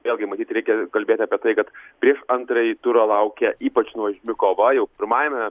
vėlgi matyt reikia kalbėti apie tai kad prieš antrąjį turą laukia ypač nuožmi kova jau pirmajame